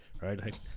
right